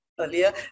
earlier